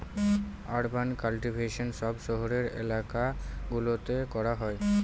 urban cultivation সব শহরের এলাকা গুলোতে করা হয়